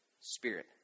spirit